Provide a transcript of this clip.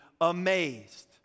amazed